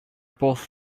both